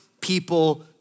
people